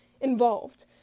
involved